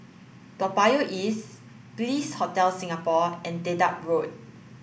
Toa Payoh East Bliss Hotel Singapore and Dedap Road